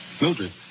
Mildred